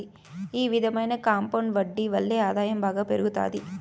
ఈ విధమైన కాంపౌండ్ వడ్డీ వల్లే ఆదాయం బాగా పెరుగుతాది